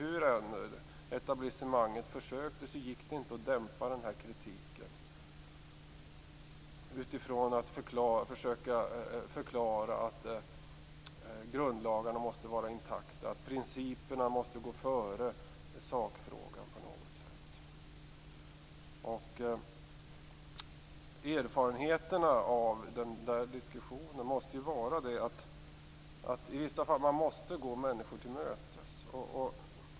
Hur än etablissemanget försökte gick det inte att dämpa kritiken genom att försöka förklara att grundlagarna måste hållas intakta, principerna måste gå före sakfrågan. Erfarenheterna av den diskussionen är att man i vissa fall måste gå människor till mötes.